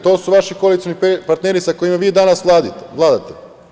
To su vaši koalicioni partneri sa kojima vi danas vladate.